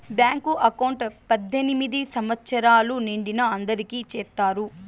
bank account పద్దెనిమిది సంవచ్చరాలు నిండిన అందరికి చేత్తారు